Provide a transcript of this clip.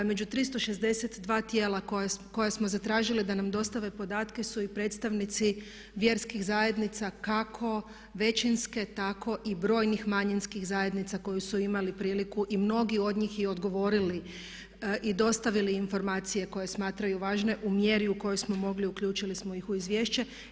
Među 362 tijela koja smo zatražili da nam dostave podatke su i predstavnici vjerskih zajednica kako većinske tako i brojnih manjinskih zajednica koji su imali priliku i mnogi od njih i odgovorili i dostavili informacije koje smatraju važne u mjeri u kojoj smo mogli, uključili smo ih u izvješće.